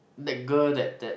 that girl that that